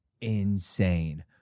insane